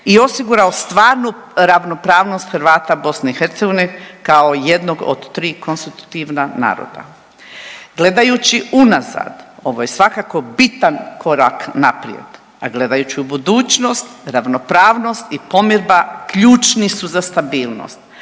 i osigurao stvarnu ravnopravnost Hrvata BiH kao jednog od tri konstitutivna naroda. Gledajući unazad ovo je svakako bitan korak naprijed, a gledajući u budućnost ravnopravnost i pomirba ključni su za stabilnost.